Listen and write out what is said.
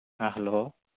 ꯑꯥ hello